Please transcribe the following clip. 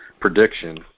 prediction